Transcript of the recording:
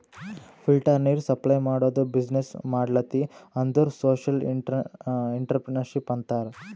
filter ನೀರ್ supply ಮಾಡದು business ಮಾಡ್ಲತಿ ಅಂದುರ್ ಸೋಶಿಯಲ್ ಇಂಟ್ರಪ್ರಿನರ್ಶಿಪ್ ಅಂತಾರ್